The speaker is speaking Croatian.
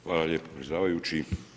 Hvala lijepo predsjedavajući.